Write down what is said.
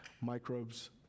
microbes